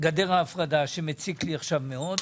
גדר ההפרדה שמציק לי עכשיו מאוד,